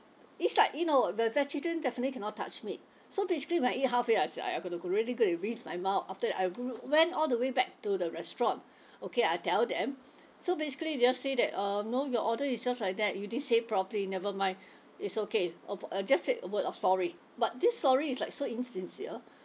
it's like you know the vegetarian definitely cannot touch meat so basically when I eat halfway I said !aiya! gonna go really go and rinse my mouth after that I ru~ went all the way back to the restaurant okay I tell them so basically they just say that um no your order is just like that you didn't say properly nevermind it's okay of uh just said a word of sorry but this sorry is like so insincere